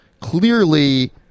clearly